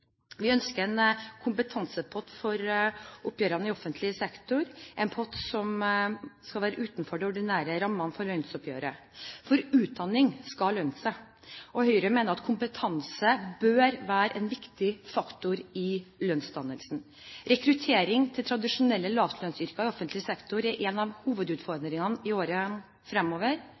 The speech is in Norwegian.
Vi ønsker en kompetansepott for oppgjørene i offentlig sektor, en pott som skal være utenfor de ordinære rammene for lønnsoppgjøret. For utdanning skal lønne seg, og Høyre mener at kompetanse bør være en viktig faktor i lønnsdannelsen. Rekruttering til tradisjonelle lavlønnsyrker i offentlig sektor er en av hovedutfordringene i årene fremover.